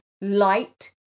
light